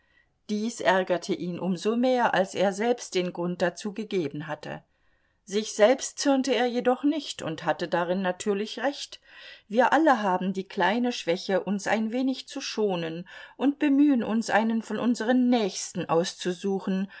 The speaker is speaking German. dies ärgerte ihn um so mehr als er selbst den grund dazu gegeben hatte sich selbst zürnte er jedoch nicht und hatte darin natürlich recht wir alle haben die kleine schwäche uns ein wenig zu schonen und bemühen uns einen von unseren nächsten auszusuchen